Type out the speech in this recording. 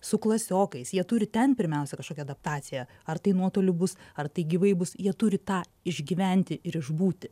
su klasiokais jie turi ten pirmiausia kažkokią adaptaciją ar tai nuotoliu bus ar tai gyvai bus jie turi tą išgyventi ir išbūti